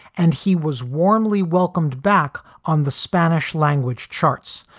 and he was warmly welcomed back on the spanish language charts,